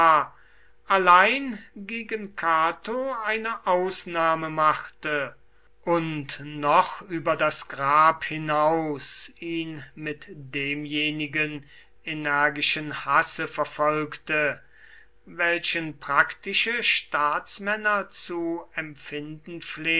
allein gegen cato eine ausnahme machte und noch über das grab hinaus ihn mit demjenigen energischen hasse verfolgte welchen praktische staatsmänner zu empfinden